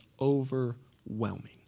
overwhelming